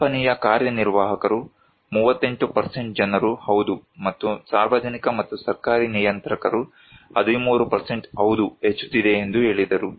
ಕಂಪನಿಯ ಕಾರ್ಯನಿರ್ವಾಹಕರು 38 ಜನರು ಹೌದು ಮತ್ತು ಸಾರ್ವಜನಿಕ ಮತ್ತು ಸರ್ಕಾರಿ ನಿಯಂತ್ರಕರು 13 ಹೌದು ಹೆಚ್ಚುತ್ತಿದೆ ಎಂದು ಹೇಳಿದರು